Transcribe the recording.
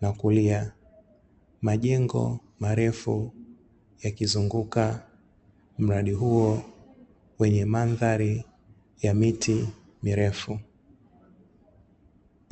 na kulia majengo marefu yakizunguka mradi huo wenye madhari ya miti mirefu.